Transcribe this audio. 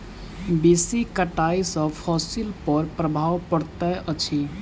बेसी कटाई सॅ फसिल पर प्रभाव पड़ैत अछि